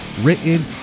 written